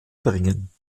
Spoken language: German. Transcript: bringen